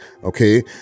Okay